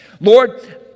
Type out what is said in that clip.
Lord